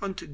und